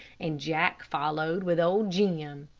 and jack followed with old jim.